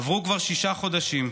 עברו כבר שישה חודשים,